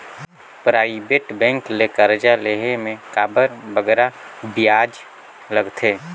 private bank ले करजा लेहे में काबर बगरा बियाज लगथे